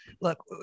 look